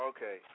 Okay